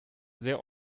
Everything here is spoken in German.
sehr